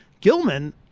Gilman